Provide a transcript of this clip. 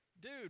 dude